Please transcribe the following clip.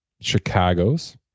chicago's